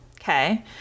Okay